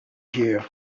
here